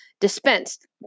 dispensed